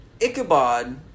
Ichabod